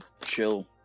chill